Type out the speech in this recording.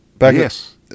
Yes